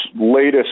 latest